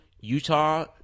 Utah